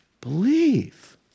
believe